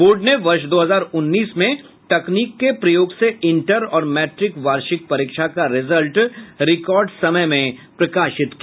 board ने वर्ष दो हजार उन्नीस में तकनीक के प्रयोग से इंटर और मैट्रिक वार्षिक परीक्षा का रिजल्ट रिकॉर्ड समय में प्रकाशित किया